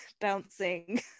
bouncing